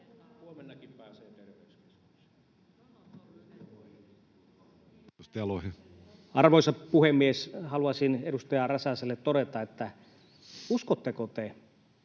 Arvoisa puhemies! Haluaisin edustaja Räsäselle todeta, että uskotteko te